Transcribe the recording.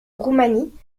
roumanie